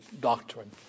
doctrine